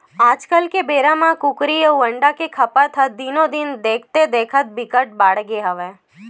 आजकाल के बेरा म कुकरी अउ अंडा के खपत ह दिनो दिन देखथे देखत बिकट बाड़गे हवय